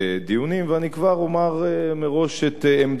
אני כבר אומר מראש את עמדתי שלי,